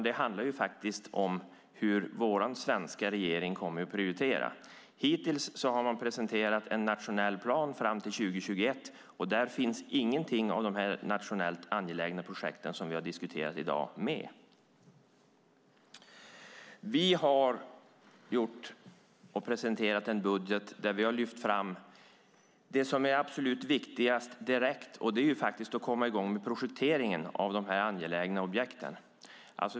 Det handlar faktiskt om hur vår svenska regering kommer att prioritera. Hittills har man presenterat en nationell plan fram till 2021. Där finns inga av de nationellt angelägna projekten som vi har diskuterat i dag med. Vi har presenterat en budget där vi har lyft fram det som är absolut viktigast nu, nämligen att komma i gång med projekteringen av de angelägna objekten.